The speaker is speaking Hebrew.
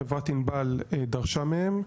חברת ענבל דרשה מהם,